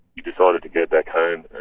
he decided to go back home,